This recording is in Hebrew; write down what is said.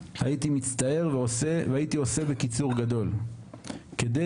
הייתי מצטער ועושה לו קיצור גדול כדי